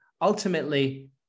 ultimately